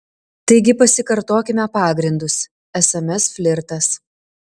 taigi pasikartokime pagrindus sms flirtas